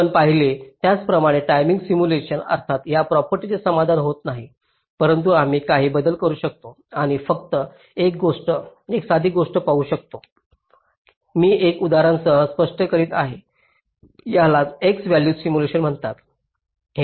आपण पाहिले त्याप्रमाणे टाइमिंग सिम्युलेशन अर्थात या प्रॉपर्टीचे समाधान होत नाही परंतु आम्ही काही बदल करू शकतो आणि फक्त एक साधी गोष्ट पाहू शकतो मी एका उदाहरणासह स्पष्ट करीत आहे यालाच x व्हॅल्यू सिम्युलेशन म्हणतात